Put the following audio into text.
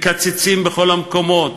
מקצצים בכל המקומות,